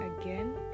again